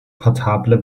portable